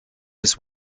his